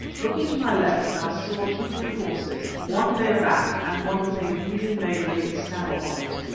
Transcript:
looking to my left i saw too good horses one bare-backed, and one with a rudely made lady's saddle on it.